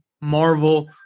Marvel